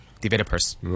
developers